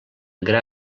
gra